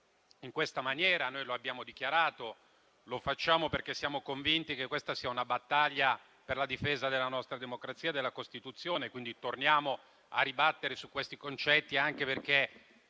in questa maniera. Ricordo - come abbiamo dichiarato - che noi lo facciamo perché siamo convinti che questa sia una battaglia per la difesa della nostra democrazia e della Costituzione. Torniamo a ribadire questi concetti, anche perché